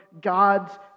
God's